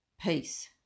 peace